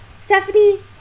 Stephanie